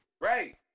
Right